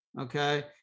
Okay